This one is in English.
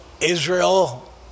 Israel